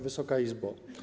Wysoka Izbo!